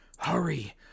Hurry